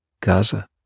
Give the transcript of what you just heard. Gaza